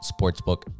sportsbook